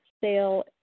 sale